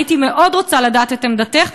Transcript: הייתי מאוד רוצה לדעת את עמדתך,